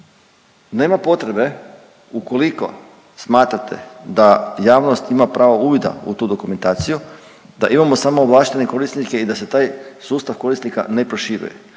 nema potrebe ukoliko smatrate da javnost ima pravo uvida u tu dokumentaciju da imamo samo ovlaštene korisnike i da se taj sustav korisnika ne proširuje.